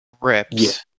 rips